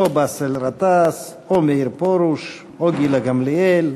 באסל גטאס או מאיר פרוש או גילה גמליאל,